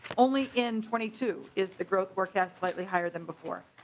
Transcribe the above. only in twenty two is the growth work that's slightly higher than before.